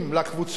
לקבוצות,